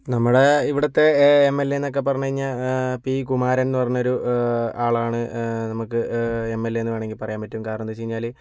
നമ്മളെ ഇവിടത്തെ M L A എന്നൊക്കെ പറഞ്ഞു കഴിഞ്ഞാൽ പി കുമാരൻ എന്നു പറഞ്ഞൊരു ആളാണ് നമുക്ക് എം എൽ എ എന്നു വേണമെങ്കിൽ പറയാൻ പറ്റും കാരണമെന്തെന്ന് വച്ചു കഴിഞ്ഞാൽ